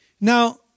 Now